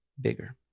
bigger